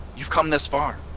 you've come this far.